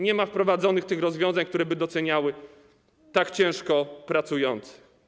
Nie ma wprowadzonych tych rozwiązań, które by doceniały tak ciężko pracujących.